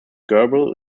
gerbil